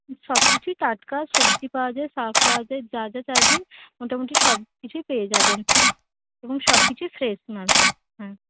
সব কিছুই টাটকা সবজি পাওয়া যায় শাক পাওয়া যায় যা যা চাইবেন মোটামোটি সব কিছুই পেয়ে যাবেন এবং সব কিছুই ফ্রেশ মাল হ্যাঁ